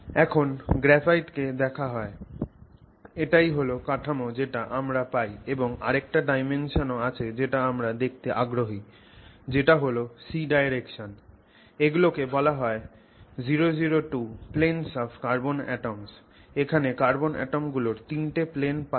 যখন গ্রাফাইটকে দেখা হয় এটাই হল কাঠামোটা যেটা আমরা পাই এবং আরেকটা ডাইমেনশন ও আছে যেটা আমরা দেখতে আগ্রহী যেটা হল c direction এগুলো কে বলা হয় 002 planes of carbon atoms এখানে কার্বন অ্যাটম গুলোর তিনটে প্লেন দেখতে পাচ্ছ